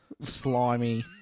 slimy